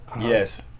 Yes